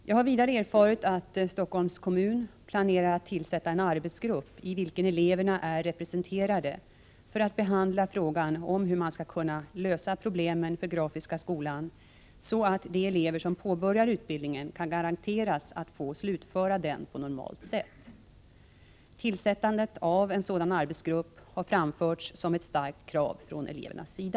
Jag har vidare erfarit att Stockholms kommun planerar att tillsätta en arbetsgrupp, i vilken eleverna är representerade, för att behandla frågan om hur man skall kunna lösa problemen för Grafiska skolan så att de elever som påbörjar utbildningen kan garanteras att få slutföra den på normalt sätt. Tillsättandet av en sådan arbetsgrupp har framförts som ett starkt krav från elevernas sida.